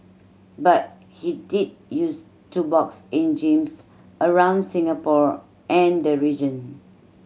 but he did use to box in gyms around Singapore and the region